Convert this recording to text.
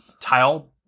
tile